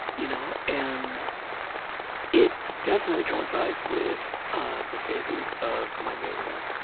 you know and it definitely coincides with ah the phases of my mania.